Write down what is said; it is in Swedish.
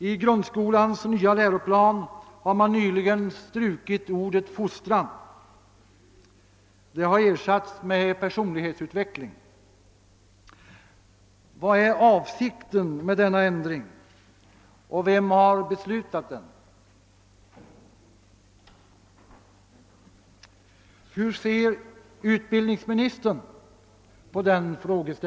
I grundskolans nya läroplan har man nyligen strukit ordet fostran som ersatts med personlighetsutveckling. Vad är avsikten med denna ändring och vem har beslutat den? Hur ser utbildningsministern på den frågan?